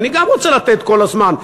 אני גם רוצה לתת כל הזמן,